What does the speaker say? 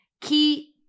Key